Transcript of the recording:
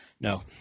No